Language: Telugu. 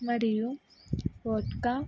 మరియు వోడ్కా